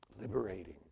liberating